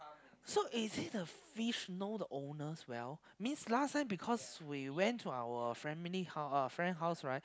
so is it the fish know the owners well means last time because we went to our family house uh friend house right